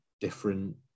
different